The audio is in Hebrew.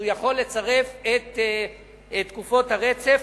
העובד יכול לצרף את תקופות הרצף,